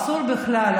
אסור בכלל,